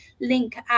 link